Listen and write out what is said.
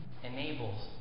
enables